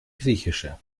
griechische